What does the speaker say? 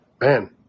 man